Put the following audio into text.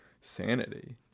sanity